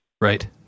Right